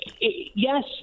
yes